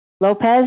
Lopez